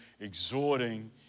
exhorting